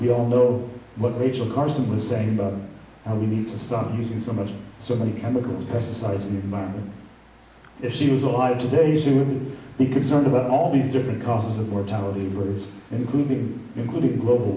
we all know what rachel carson was saying about how we need to stop using so much so many chemicals pesticides in the mom and if she was alive today she would be concerned about all these different causes of mortality words included including global